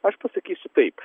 aš pasakysiu taip